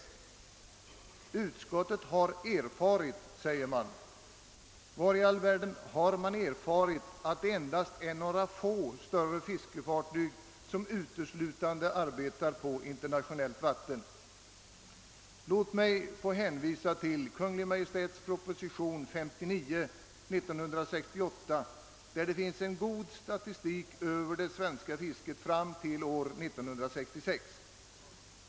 »Utskottet har erfarit», säger man. Var i all världen har man erfarit att det endast är några få större fiskefartyg som uteslutande arbetar på internationellt vatten? Låt mig få hänvisa till Kungl. Maj:ts proposition nr 59 år 1968, där det finns en god statistik över det svenska fisket fram till år 1966.